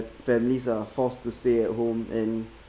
families are forced to stay at home and